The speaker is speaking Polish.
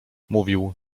mówił